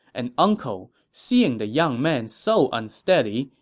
an uncle, seeing the young man so unsteady,